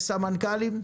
יש סמנכ"לים?